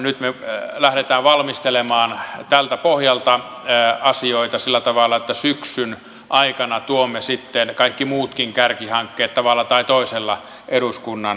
nyt me lähdemme valmistelemaan tältä pohjalta asioita sillä tavalla että syksyn aikana tuomme sitten kaikki muutkin kärkihankkeet tavalla tai toisella eduskunnan käsittelyyn